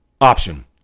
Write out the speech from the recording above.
option